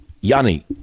Yanni